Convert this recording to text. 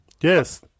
yes